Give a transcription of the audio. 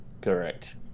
Correct